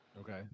Okay